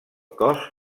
cos